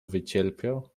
wycierpiał